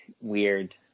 weird